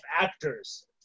actors